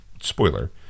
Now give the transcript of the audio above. Spoiler